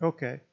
Okay